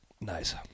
Nice